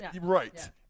Right